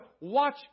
watch